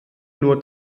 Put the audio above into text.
nur